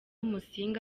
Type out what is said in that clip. musinga